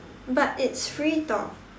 but it's free talk